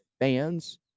fans